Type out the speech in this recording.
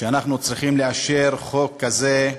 שאנחנו צריכים לאשר חוק כזה,